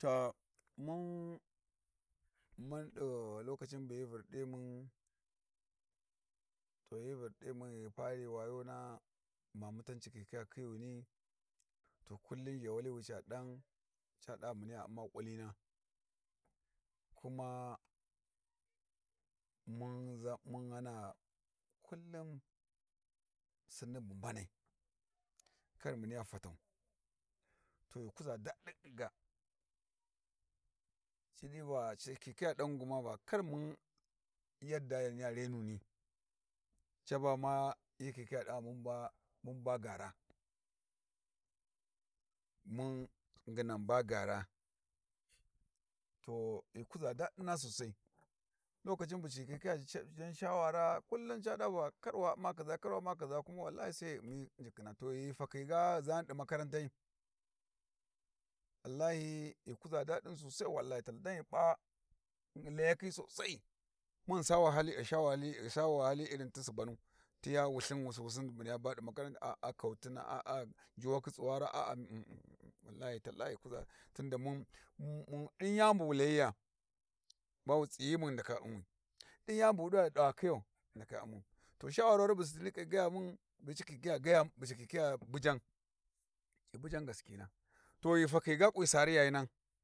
Ta mun mun ɗiu lokacin bu hyi vardimun to hyi vurdinmum ghi fari wayona mamutan ci khikhiya khiyuni to kullum zhewali wi ca ɗan ca ɗa muniya umma kullina kuma mun za mum Ghana kullum sinni bu mbanai kar muniyya fatau. To ghi kuza daɗin ga ciɗi va ci khi-khiya ɗan gma va kar mun yarda yaniyya renuni caba ma hyi khi khiya ɗa mun ba gaara mun nginan ba gaara, to ghi kuza daɗina sosai lokacin bu ci khi-khiya zha shawara kullum ca ɗa va kar wa u'ma kaza kuma wallahi sai ghu u'mi u'njikhina, to ghi ghu fakhi ga ghu zayan ɗi makarantai, wallahi ghi kuza daɗin sosai wallahi tallahi dan ghi p'a layakhi sosai, mun ghi sa wahali ghi sha wahali irin ti subu nuti yan wulthin wususin subu niyya baɗi makaranti a'a kautina a'a njuwakhin tsuwara a'a wallahi tallahi ghi kuza tunda ɗin yani bu mu layiya ba wu tsaighumun ghi ndaka u'nwi, din yani bu wu ɗi va dawa khiyan ghi ndaka u'ma. To shawawari khikhiya bujan ci bujan gaskina, to ghi ghu fakhi ga kwi saari yayanan.